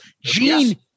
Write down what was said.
gene